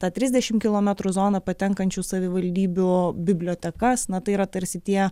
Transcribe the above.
tą trisdešimt kilometrų zoną patenkančių savivaldybių bibliotekas na tai yra tarsi tie